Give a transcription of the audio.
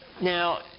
Now